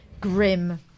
Grim